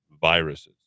viruses